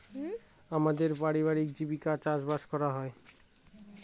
আমাদের পারিবারিক জীবিকা চাষবাস করা হয়